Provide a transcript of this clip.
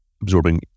absorbing